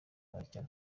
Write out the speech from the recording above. aracyari